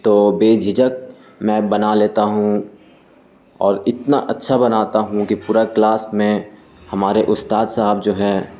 تو بےجھجک میں بنا لیتا ہوں اور اتنا اچھا بناتا ہوں کہ پورا کلاس میں ہمارے استاد صاحب جو ہے